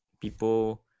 people